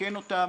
לתקן אותם